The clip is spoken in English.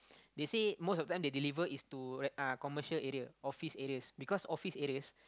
they say most of them they deliver is to re~ uh commercial area office areas because office areas